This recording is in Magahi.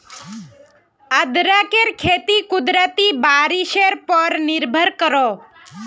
अदरकेर खेती कुदरती बारिशेर पोर निर्भर करोह